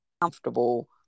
comfortable